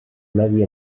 medi